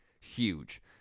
huge